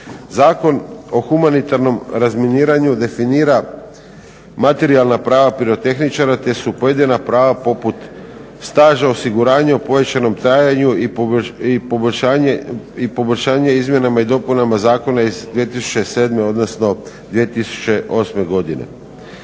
Zakon o humanitarnom razminiranju definira materijalna prava pirotehničara te su pojedina prava poput staža, osiguranja u pojačanom trajanju i poboljšanje izmjenama i dopunama Zakona iz 2007., odnosno 2008. godine.